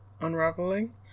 unraveling